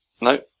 No